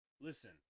listen